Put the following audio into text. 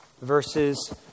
verses